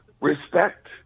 respect